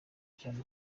cyane